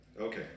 Okay